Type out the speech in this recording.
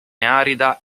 arida